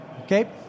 Okay